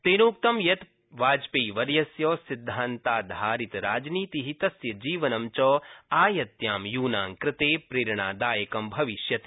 तेनोक्तं यत् वाजपेयीवर्यस्य सिद्धान्ताधारितराजनीति तस्य जीवनं च आयत्यां यूनांकृते प्रेरणादायकं भविष्यति